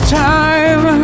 time